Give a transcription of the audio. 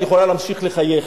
את יכולה להמשיך לחייך,